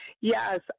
Yes